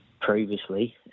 previously